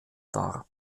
dar